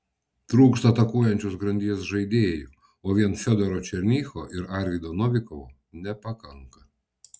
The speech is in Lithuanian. trūksta atakuojančios grandies žaidėjų o vien fiodoro černycho ir arvydo novikovo nepakanka